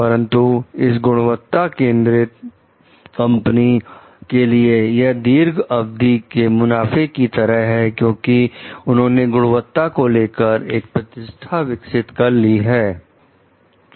परंतु इस गुणवत्ता केंद्रित कंपनी के लिए यह दीर्घ अवधि के मुनाफे की तरह है क्योंकि उन्होंने गुणवत्ता को लेकर एक प्रतिष्ठा विकसित कर ली है